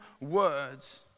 words